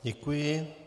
Děkuji.